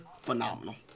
phenomenal